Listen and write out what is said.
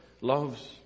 loves